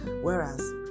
Whereas